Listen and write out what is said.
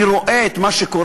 אני רואה את מה שקורה,